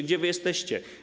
Gdzie wy jesteście?